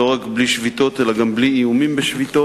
לא רק בלי שביתות אלא גם בלי איומים בשביתות,